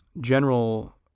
general